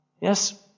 Yes